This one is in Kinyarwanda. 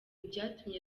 byatumye